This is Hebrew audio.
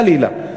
חלילה.